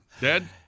Dead